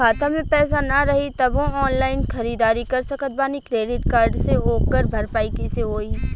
खाता में पैसा ना रही तबों ऑनलाइन ख़रीदारी कर सकत बानी क्रेडिट कार्ड से ओकर भरपाई कइसे होई?